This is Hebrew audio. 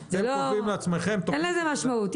אין לזה משמעות.